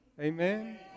Amen